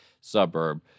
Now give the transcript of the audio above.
suburb